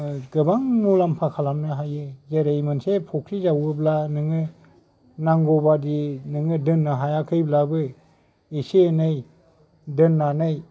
गोबां मुलाम्फा खालामनो हायो जेरै मोनसे फख्रि जावोब्ला नोङो नांगौ बादि नोङो दोननो हायाखैब्लाबो एसे एनै दोन्नानै